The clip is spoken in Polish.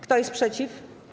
Kto jest przeciw?